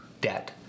debt